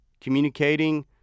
communicating